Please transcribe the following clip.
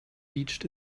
reached